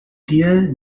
dia